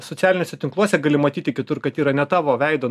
socialiniuose tinkluose gali matyti kitur kad yra ne tavo veido